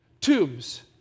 tombs